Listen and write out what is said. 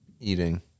Eating